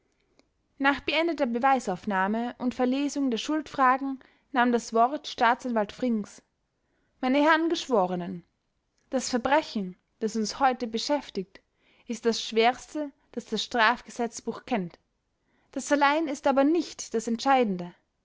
nach beendeter beweisaufnahme und verlesung der schuldfragen nahm das wort staatsanwalt frings meine herren geschworenen das verbrechen das uns heute beschäftigt ist das schwerste das das straf gesetzbuch kennt das allein ist aber nicht das entscheidende